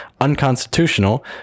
unconstitutional